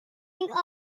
lodging